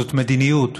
זו מדיניות.